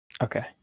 Okay